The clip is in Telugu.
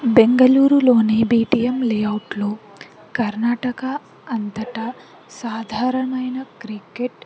బెంగళూరులోనే బీ టీ ఎం లేఅవుట్లో కర్ణాటక అంతటా సాధారణమైన క్రికెట్